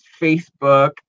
Facebook